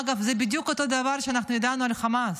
אגב, זה בדיוק אותו הדבר שאנחנו ידענו על החמאס.